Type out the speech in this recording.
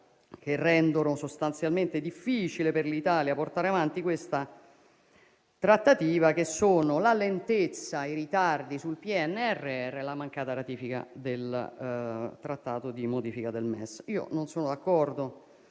che rendono sostanzialmente difficile per l'Italia portare avanti questa trattativa, che sono la lentezza e i ritardi sul PNRR e la mancata ratifica del trattato di modifica del MES. Non sono d'accordo